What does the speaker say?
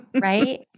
right